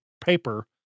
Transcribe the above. paper